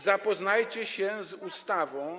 Zapoznajcie się z ustawą.